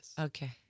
Okay